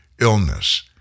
illness